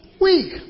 Weak